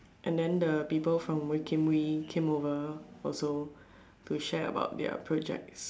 and then the people from Wee-Kim-Wee came over also to share about their projects